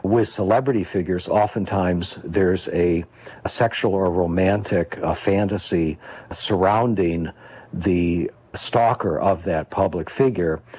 with celebrity figures oftentimes there's a a sexual or a romantic ah fantasy surrounding the stalker of that public figure.